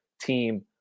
team